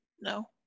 no